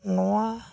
ᱱᱚᱣᱟ